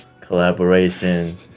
Collaboration